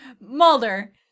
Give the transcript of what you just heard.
Mulder